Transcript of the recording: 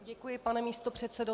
Děkuji, pane místopředsedo.